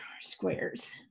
squares